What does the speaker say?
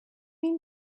mean